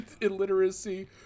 illiteracy